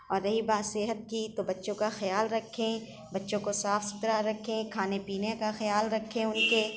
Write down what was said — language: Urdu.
اور رہی بات صحت کی تو بچوں کا خیال رکھیں بچوں کو صاف ستھرا رکھیں کھانے پینے کا خیال رکھیں ان کے